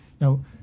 Now